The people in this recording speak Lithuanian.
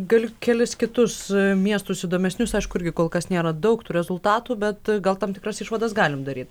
gal kelis kitus miestus įdomesnius aišku irgi kol kas nėra daug tų rezultatų bet gal tam tikras išvadas galim daryti